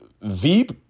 Veep